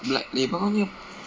black label on you